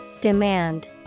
Demand